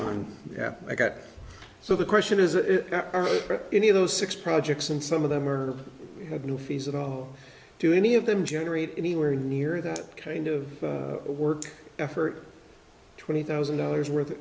that i got so the question is if any of those six projects and some of them are new fees at all do any of them generate anywhere near that kind of work effort twenty thousand dollars worth of